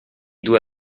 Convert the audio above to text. due